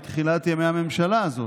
למינוי דיינים יהיו רק כאלה שהם ימנו אותם.